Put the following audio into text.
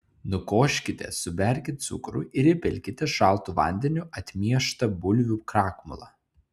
nukoškite suberkit cukrų ir įpilkite šaltu vandeniu atmieštą bulvių krakmolą